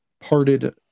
parted